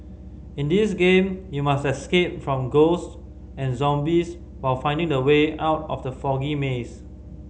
in this game you must escape from ghost and zombies while finding the way out of the foggy maze